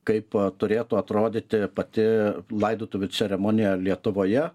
kaip turėtų atrodyti pati laidotuvių ceremonija lietuvoje